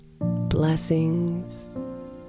blessings